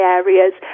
areas